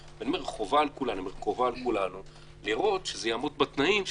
חובה על כולנו לראות שזה יעמוד בתנאים,